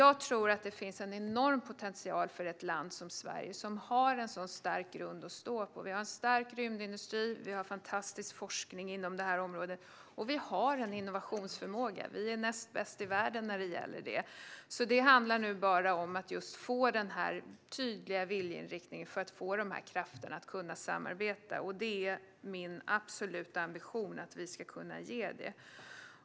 Jag tror att det finns en enorm potential för ett land som Sverige, som har en så stark grund att stå på. Vi har en stark rymdindustri, vi har fantastisk forskning inom området och vi har en innovationsförmåga. Vi är näst bäst i världen när det gäller det. Det handlar nu bara om att få en tydlig viljeinriktning för att dessa krafter ska kunna samarbeta. Det är min absoluta ambition att vi ska kunna ge det.